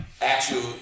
Actual